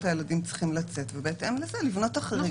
הילדים צריכים לצאת ובהתאם לזה לבנות את החריג,